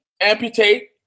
amputate